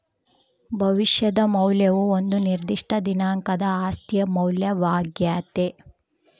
ಭವಿಷ್ಯದ ಮೌಲ್ಯವು ಒಂದು ನಿರ್ದಿಷ್ಟ ದಿನಾಂಕದ ಆಸ್ತಿಯ ಮೌಲ್ಯವಾಗ್ಯತೆ